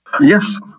Yes